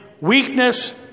weakness